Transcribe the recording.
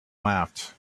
laughed